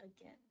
again